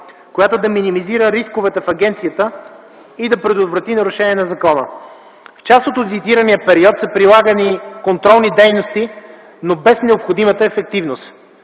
която да минимизира рисковете в агенцията и да предотврати нарушения на закона. В част от одитирания период са прилагани контролни дейности, но без необходимата ефективност,